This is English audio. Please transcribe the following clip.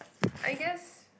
I guess